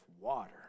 water